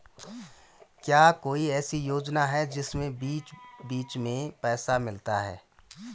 क्या कोई ऐसी योजना है जिसमें बीच बीच में पैसा मिलता रहे?